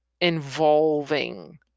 involving